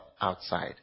outside